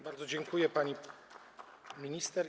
Bardzo dziękuję, pani minister.